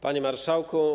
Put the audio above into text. Panie Marszałku!